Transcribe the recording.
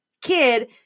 kid